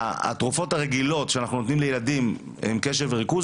התרופות הרגילות שאנחנו נותנים לילדים עם קשב וריכוז,